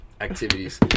activities